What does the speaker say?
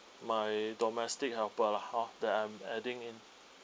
my domestic helper lah hor that I'm adding in